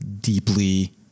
deeply